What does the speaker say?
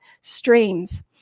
streams